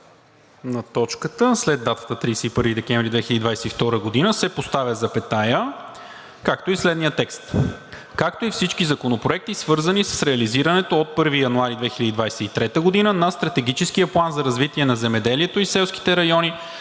на точката, след дата „31 декември 2022 г.“ се поставя запетая, както и следният текст: „както и всички законопроекти, свързани с реализирането от 1 януари 2023 г. на Стратегическия план за развитие на земеделието и селските райони